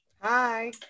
hi